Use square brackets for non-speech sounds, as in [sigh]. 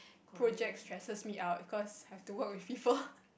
projects stresses me out because have to work with people [laughs]